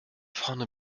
vorne